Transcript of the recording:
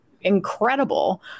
incredible